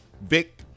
Vic